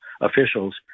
officials